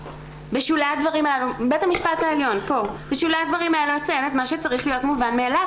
'בשולי הדברים האלה אציין את מה שצריך להיות מובן מאליו,